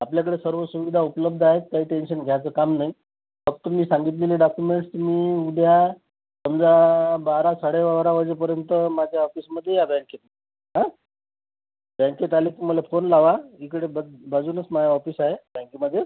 आपल्याकडे सर्व सुविधा उपलब्ध आहेत काही टेन्शन घ्यायचं काम नाही मग तुम्ही सांगितलेली डॉक्युमेंटस् तुम्ही उद्या समजा बारा साडे बारा वाजेपर्यंत माझ्या ऑफिसमध्ये या बँकेत हा बँकेत आले की मला फोन लावा इकडे बाजूलाच माझं ऑफिस आहे बँकेमध्ये